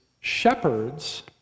shepherds